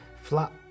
flat